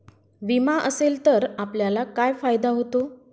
विमा असेल तर आपल्याला काय फायदा होतो?